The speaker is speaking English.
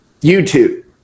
YouTube